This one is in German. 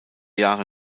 jahre